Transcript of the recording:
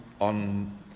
on